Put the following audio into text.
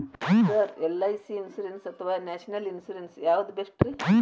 Sir LIC insurance ಅಥವಾ national insurance ಯಾವುದು ಬೆಸ್ಟ್ರಿ?